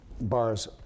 bars